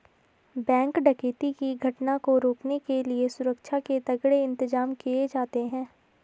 bank डकैती की घटना को रोकने के लिए सुरक्षा के तगड़े इंतजाम किए जाते हैं